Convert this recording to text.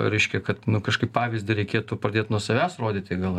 reiškia kad nu kažkaip pavyzdį reikėtų pradėt nuo savęs rodyti gal